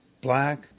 Black